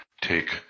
Take